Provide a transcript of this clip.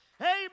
amen